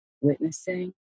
witnessing